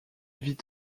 vit